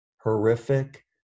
horrific